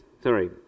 Sorry